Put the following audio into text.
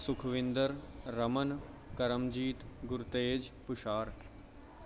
Sukhwinder Raman Karamjit Gurtej ਪੋਸ਼ਾਰ